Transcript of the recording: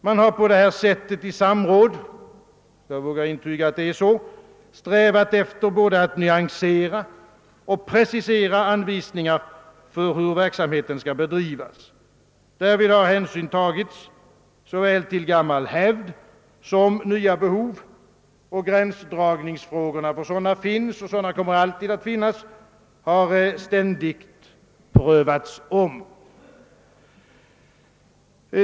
Man har på detta sätt i samråd — jag vågar intyga att det är så — strävat efter både att nyansera och precisera anvisningarna för hur verksamheten skall bedrivas. Därvid har hänsyn tagits såväl till gammal hävd som till nya behov, och gränsdragningsfrågorna — ty sådana finns och kommer alltid att finnas — har ständigt prövats om.